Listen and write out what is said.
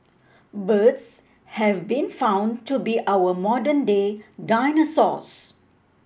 birds have been found to be our modern day dinosaurs